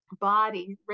body